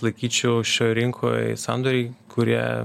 laikyčiau šioj rinkoj sandoriai kurie